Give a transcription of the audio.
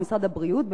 במשרד הבריאות,